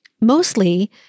Mostly